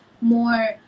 more